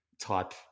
type